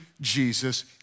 Jesus